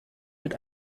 mit